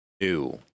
new